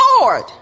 Lord